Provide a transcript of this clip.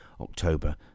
October